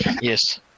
yes